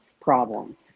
problem